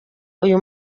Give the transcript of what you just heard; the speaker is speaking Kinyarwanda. uyu